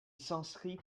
s’inscrit